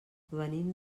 venim